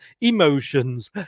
emotions